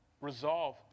resolve